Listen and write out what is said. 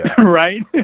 right